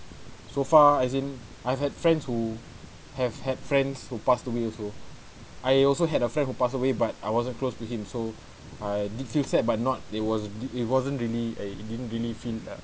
so far as in I've had friends who have had friends who passed away also I also had a friend who passed away but I wasn't close to him so I did feel sad but not it was it wasn't really eh it didn't really feel uh